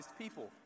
people